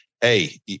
hey